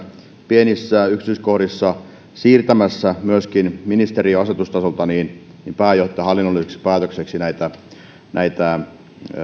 pienissä yksityiskohdissa kun ollaan siirtämässä myöskin ministeriön asetustasolta pääjohtajan hallinnollisiksi päätöksiksi